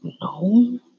no